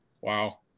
Wow